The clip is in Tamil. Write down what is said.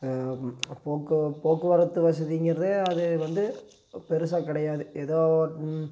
போக்கு போக்குவரத்து வசதிங்கிறதே அது வந்து பெருசாக கிடையாது ஏதோ